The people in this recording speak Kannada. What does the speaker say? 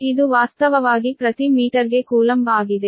ಇದು ವಾಸ್ತವವಾಗಿ ಪ್ರತಿ ಮೀಟರ್ಗೆ ಕೂಲಂಬ್ ಆಗಿದೆ